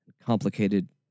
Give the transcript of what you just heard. complicated